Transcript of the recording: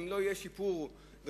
אם לא יהיה שיפור דרמטי,